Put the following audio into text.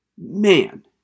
Man